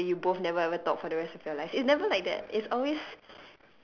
the next day you both never ever talk for the rest of your lives it's never like that it's always